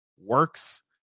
works